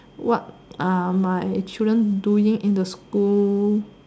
what are my children doing in the school